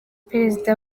perezida